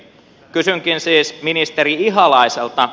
kysynkin siis ministeri ihalaiselta